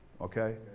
Okay